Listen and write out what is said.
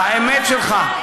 האמת שלך.